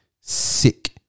sick